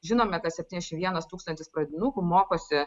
žinome kas septyniasdešimt vienas tūkstantis pradinukų mokosi